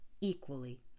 equally